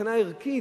מבחינה ערכית,